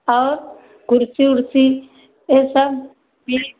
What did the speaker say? और कुर्सी उर्सी यह सब भी